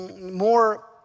more